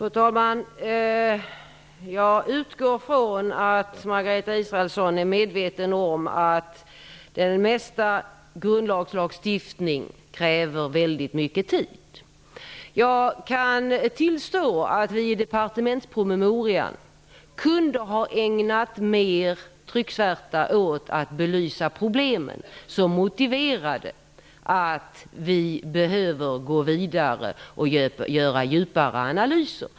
Fru talman! Jag utgår ifrån att Margareta Israelsson är medveten om att grundlagslagstiftning kräver väldigt mycket tid. Jag kan tillstå att vi i departementspromemorian kunde ha ägnat mer trycksvärta åt att belysa problemen som motiverade att vi behöver gå vidare och göra djupare analyser.